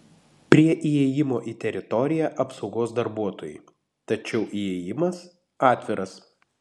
prie įėjimo į teritoriją apsaugos darbuotojai tačiau įėjimas atviras